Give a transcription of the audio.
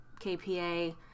KPA